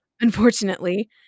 Unfortunately